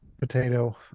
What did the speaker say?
Potato